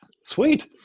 Sweet